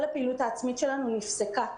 כל הפעילות העצמית שלנו נפסקה.